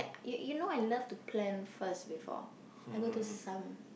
you you know I love to plan first before I go to some